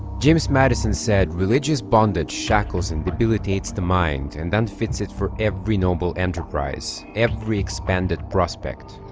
james madison said religious bondage shackles and debilitates the mind and then fits it for every noble enterprise every expanded prospect